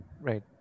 Right